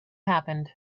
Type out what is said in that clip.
happened